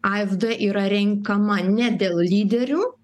afd yra renkama ne dėl lyderių